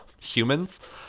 humans